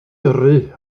yrru